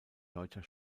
deutscher